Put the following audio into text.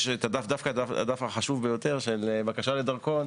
דווקא הדף החשוב ביותר של בקשה לדרכון,